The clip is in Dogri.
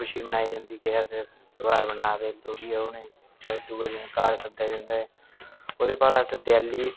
खुशी मनाई जंदी ऐ ते ध्यार मनांदे न लोह्ड़ी ऐ दूएं गी घर सद्ददे ओह्दे बाद अस देआली